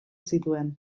zituen